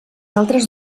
altres